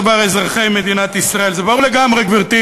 אבל אני שואל אותך,